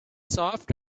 soft